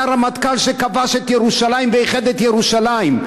היה הרמטכ"ל שכבש את ירושלים ואיחד את ירושלים.